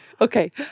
Okay